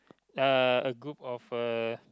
uh a group of uh